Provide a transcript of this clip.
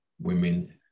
women